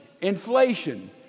inflation